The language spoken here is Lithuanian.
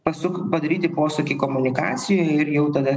pasuk padaryti posūkį komunikacijoj ir jau tada